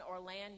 Orlando